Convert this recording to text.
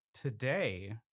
Today